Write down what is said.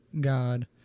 God